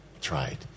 tried